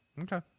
Okay